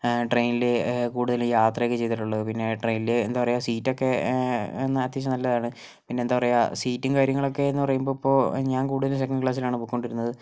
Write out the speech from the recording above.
ട്രെയിനിൽ കൂടുതൽ യത്രയൊക്കേയേ ചെയ്തിട്ടുള്ളു പിന്നെ ട്രെയിനിൽ എന്താ പറയുക സീറ്റൊക്കെ അത്യാവശ്യം നല്ലതാണ് പിന്നെ എന്താ പറയുക സീറ്റും കാര്യങ്ങളാക്കെയെന്ന് പറയുമ്പോൾ ഇപ്പോൾ ഞാൻ കൂടുതലും സെക്കന്റ് ക്ലാസ്സിലാണ് പോയിക്കൊണ്ടിരുന്നത്